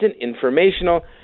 informational